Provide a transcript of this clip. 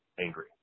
angry